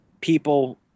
people